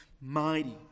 mighty